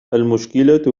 المشكلة